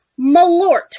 Malort